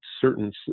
certain